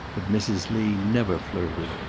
but mrs. lee never flirted,